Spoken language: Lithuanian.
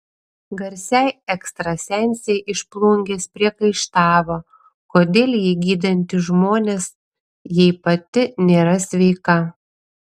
garsiai ekstrasensei iš plungės priekaištavo kodėl ji gydanti žmonės jei pati nėra sveika